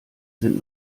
sind